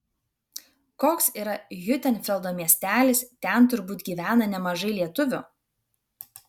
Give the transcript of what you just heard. koks yra hiutenfeldo miestelis ten turbūt gyvena nemažai lietuvių